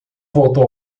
voltou